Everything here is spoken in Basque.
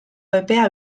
epea